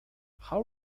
how